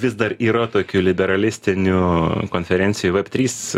vis dar yra tokių liberalistinių konferencijų veb trys